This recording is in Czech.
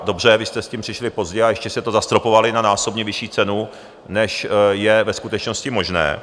Dobře, vy jste s tím přišli pozdě, a ještě jste to zastropovali na násobně vyšší cenu, než je ve skutečnosti možné.